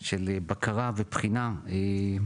של בקרה וחינוך,